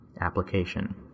Application